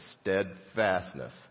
steadfastness